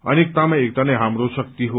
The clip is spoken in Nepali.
अनेकतामा एकता नै हाम्रो ताकत हो